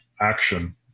action